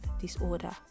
disorder